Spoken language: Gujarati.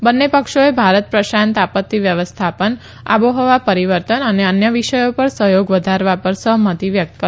બંને પક્ષોએ ભારત પ્રશાંત આપત્તિ વ્યવસ્થાપન આબોહવા પરિવર્તન અને અન્ય વિષયો પર સહયોગ વધારવા પર સહમતિ વ્યક્ત કરી